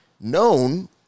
known